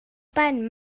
ben